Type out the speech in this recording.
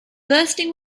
bursting